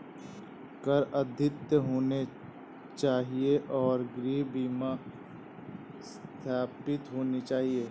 कर अद्यतित होने चाहिए और गृह बीमा सत्यापित होना चाहिए